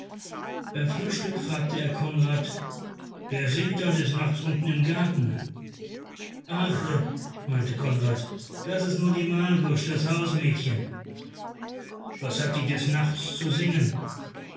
beim frühstück fragte er konrad wer singt da des nachts unten im garten ach meinte konrad das is nur die margusch das hausmädchen was hat die des nachts zu singen